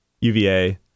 UVA